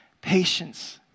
patience